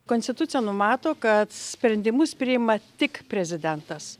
konstitucija numato kad sprendimus priima tik prezidentas